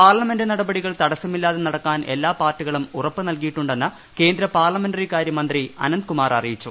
parliament നടപടികൾ തടസ്സമില്ലാതെ നടക്കാൻ എല്ലാ പാർട്ടികളും ഉറപ്പു നല്കിയിട്ടുണ്ടെന്ന് കേന്ദ്ര പാർലമെന്ററി കാര്യമന്ത്രി അനന്ത് കുമാർ അറിയിച്ചു